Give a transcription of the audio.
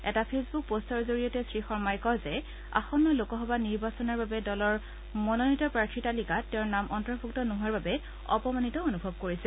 এটা ফেচবুক পষ্টৰ জৰিয়তে শ্ৰীশৰ্মাই কয় যে আসন্ন লোকসভা নিৰ্বাচনৰ বাবে দলৰ মনোনীত প্ৰাৰ্থীৰ তালিকাত তেওঁৰ নাম অন্তৰ্ভুক্ত নোহোৱাৰ বাবে অপমানিত অনুভৱ কৰিছে